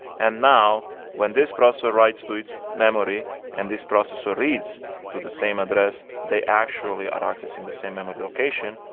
and now when this processor writes to its memory and this processor reads to the same address, they actually are accessing the same memory location.